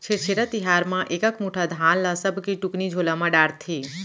छेरछेरा तिहार म एकक मुठा धान ल सबके टुकनी झोला म डारथे